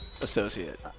associate